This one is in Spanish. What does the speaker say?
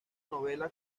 novela